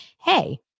hey